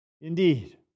Indeed